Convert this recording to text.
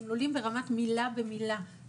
ברמת מילה במילה,